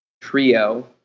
trio